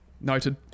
Noted